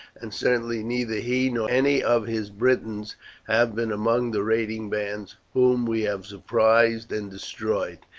and certainly neither he nor any of his britons have been among the raiding bands whom we have surprised and destroyed.